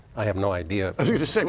i have no idea. i think